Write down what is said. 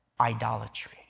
idolatry